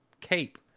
cape